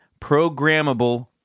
programmable